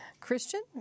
Christian